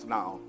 now